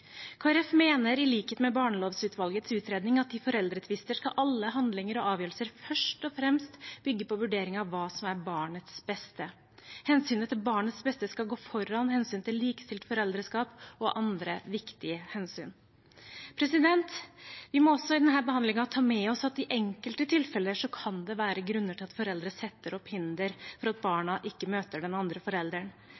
Folkeparti mener i likhet med barnelovutvalgets utredning at i foreldretvister skal alle handlinger og avgjørelser først og fremst bygge på en vurdering av hva som er barnets beste. Hensynet til barnets beste skal gå foran hensynet til likestilt foreldreskap og andre viktige hensyn. Vi må også i denne behandlingen ta med oss at i enkelte tilfeller kan det være grunner til at foreldre setter opp hinder for at